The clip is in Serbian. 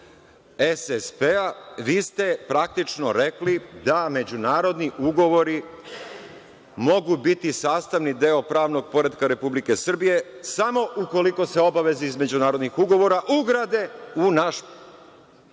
SSP, vi ste praktično rekli da međunarodni ugovori mogu biti sastavni deo pravnog poretka Republike Srbije, samo ukoliko se obaveze između narodnih ugovora ugrade u naš